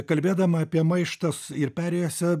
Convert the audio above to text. kalbėdama apie maištas ir perėjose